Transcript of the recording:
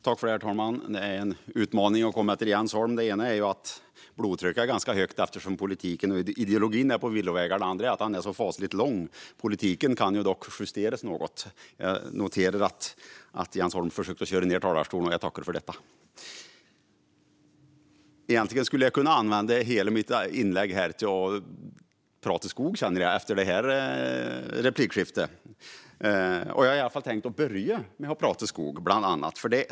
Herr talman! Det är en utmaning att komma efter Jens Holm till denna talarstol. Den ena anledningen är att blodtrycket är ganska högt eftersom politiken och ideologin är på villovägar, och den andra är att han är så fasligt lång att man måste justera talarstolen. Men också politiken kan justeras något! Jag noterade för övrigt att Jens Holm försökte sänka talarstolen efter sig, och jag tackar för det. Egentligen skulle jag kunna använda hela mitt inlägg till att prata om skog efter det här replikskiftet. Jag har i alla fall tänkt att börja med att prata om bland annat skog.